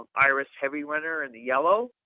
ah iris heavy runner in the yellow.